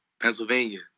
Pennsylvania